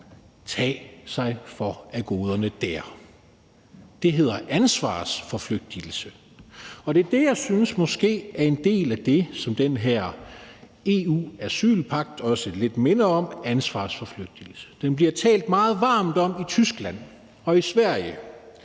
for sig af goderne dér. Det hedder ansvarsforflygtigelse, og det er det, jeg måske synes en del af den her EU-asylpagt også minder lidt om, altså ansvarsforflygtigelse. Den bliver der talt meget varmt om i Tyskland og i Sverige,